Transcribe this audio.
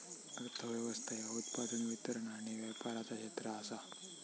अर्थ व्यवस्था ह्या उत्पादन, वितरण आणि व्यापाराचा क्षेत्र आसा